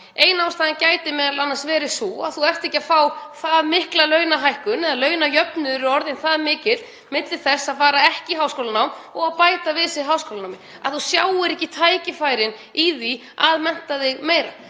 Ein ástæðan gæti m.a. verið sú að þú ert ekki að fá það mikla launahækkun eða að launajöfnuður er orðinn það mikil milli þess að fara ekki í háskólanám og að bæta við sig háskólanámi að þú sjáir ekki tækifærin í því að mennta þig meira.